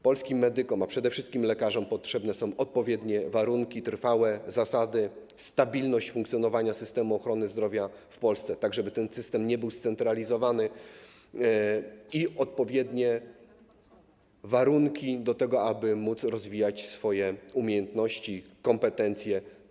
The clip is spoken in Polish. Polskim medykom, a przede wszystkim lekarzom potrzebne są odpowiednie warunki, trwałe zasady, stabilność funkcjonowania systemu ochrony zdrowia w Polsce, tak żeby ten system nie był scentralizowany, i odpowiednie warunki do tego, aby móc rozwijać swoje umiejętności, kompetencje.